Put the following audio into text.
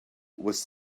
was